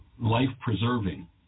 life-preserving